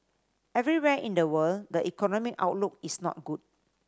everywhere in the world the economic outlook is not good